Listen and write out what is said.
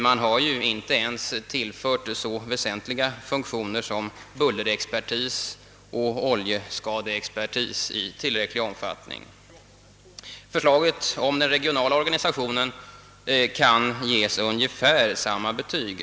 Man har inte ens tillfört verket så väsentliga funktioner som bullerexpertis och oljeskadeexpertis i tillräcklig omfattning. Förslaget om den regionala organisationen kan ges ungefär samma betyg.